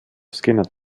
scanner